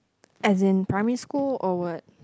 as in primary school or what